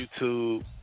YouTube